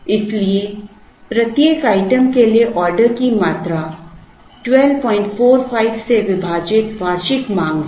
इसलिए प्रत्येक आइटम के लिए ऑर्डर की मात्रा 1245 से विभाजित वार्षिक मांग है